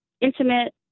intimate